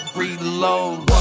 reload